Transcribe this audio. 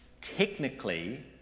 technically